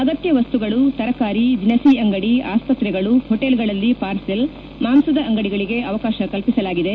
ಅಗತ್ಯವಸ್ತುಗಳು ತರಕಾರಿ ದಿನಸಿ ಅಂಗಡಿ ಆಸ್ಪತ್ರೆಗಳು ಹೋಟೆಲ್ಗಳಲ್ಲಿ ಪಾರ್ಸೆಲ್ ಮಾಂಸದ ಅಂಗಡಿಗಳಿಗೆ ಅವಕಾಶ ಕಲ್ಪಿಸಲಾಗಿದೆ